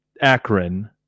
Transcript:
Akron